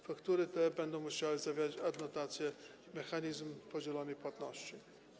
Faktury te będą musiały zawierać adnotację „mechanizm podzielonej płatności”